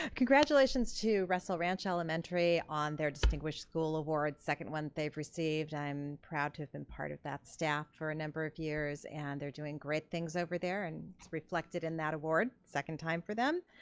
congratulations to russell ranch elementary on their distinguished school award, second one they've received, i'm proud to have been part of that staff for a number of years and they're doing great things over there and it's reflected in that award, second time for them.